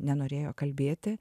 nenorėjo kalbėti